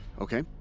Okay